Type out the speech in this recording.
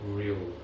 real